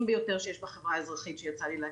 ביותר שיש בחברה האזרחית שיצא לי להכיר.